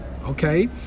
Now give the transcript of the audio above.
Okay